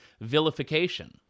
vilification